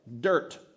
dirt